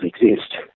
exist